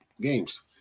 games